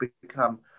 become